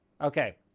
Okay